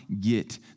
get